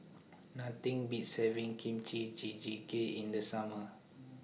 Nothing Beats having Kimchi Jjigae in The Summer